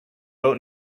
out